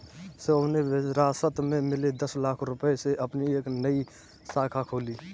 शिवम ने विरासत में मिले दस लाख रूपए से अपनी एक नई शाखा खोली